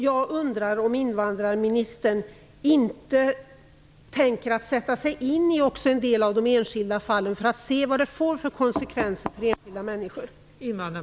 Jag undrar om invandrarministern inte tänker sätta sig in i en del av de enskilda fallen för att se vilka konsekvenserna blir för enskilda människor.